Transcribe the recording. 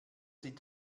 sie